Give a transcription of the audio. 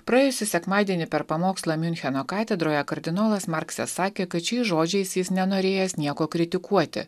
praėjusį sekmadienį per pamokslą miuncheno katedroje kardinolas marksas sakė kad šiais žodžiais jis nenorėjęs nieko kritikuoti